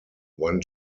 one